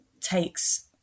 takes